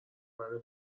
منو